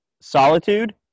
solitude